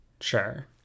sure